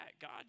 God